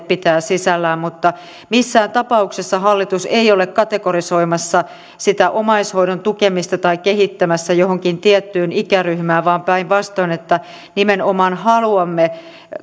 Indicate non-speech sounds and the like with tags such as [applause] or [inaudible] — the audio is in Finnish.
[unintelligible] pitävät sisällään mutta missään tapauksessa hallitus ei ole kategorisoimassa sitä omaishoidon tukemista tai kehittämässä johonkin tiettyyn ikäryhmään vaan päinvastoin nimenomaan haluamme